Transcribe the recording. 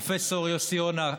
פרופ' יוסי יונה,